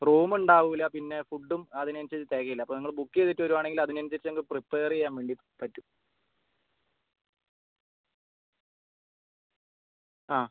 room ഉണ്ടാവൂല്ല പിന്നെ ഫുഡും അതിന് അനുസരിച്ച് തികയില്ല അപ്പം നിങ്ങൾ ബുക്ക് ചെയ്തിട്ട് വരുവാണെങ്കിൽ അതിനനുസരിച്ച് നമുക്ക് പ്രിപ്പേർ ചെയ്യാൻ വേണ്ടി പറ്റും ആ